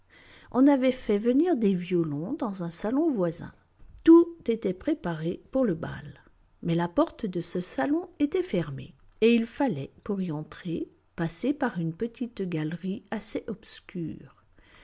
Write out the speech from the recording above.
on avait fait venir des violons dans un salon voisin tout était préparé pour le bal mais la porte de ce salon était fermée et il fallait pour y entrer passer par une petite galerie assez obscure